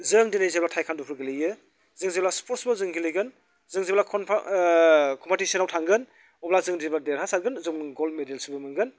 जों दिनै जेब्ला टाइकुवानडुफोर गेलेयो जों जेब्ला स्पर्टसफोर जों गेलेगोन जों जेब्ला कमपेटिसनआव थांगोन अब्ला जोङो जेब्ला देरहासारगोन जों ग'ल्ड मेडेल्सबो मोनगोन